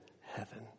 heaven